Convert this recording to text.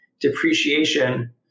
depreciation